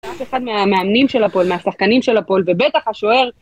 אף אחד מהמאמנים של הפועל, מהשחקנים של הפועל, ובטח השוער